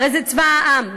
הרי זה צבא העם.